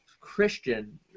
Christian